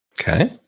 Okay